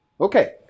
Okay